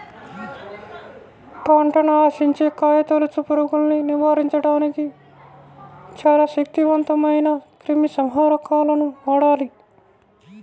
పంటను ఆశించే కాయతొలుచు పురుగుల్ని నివారించడానికి చాలా శక్తివంతమైన క్రిమిసంహారకాలను వాడాలి